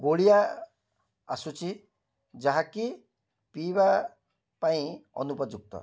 ଗୋଳିଆ ଆସୁଛି ଯାହାକି ପିଇବା ପାଇଁ ଅନୁପଯୁକ୍ତ